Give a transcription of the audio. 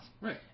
Right